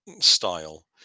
style